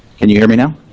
can you hear me now?